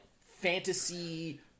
fantasy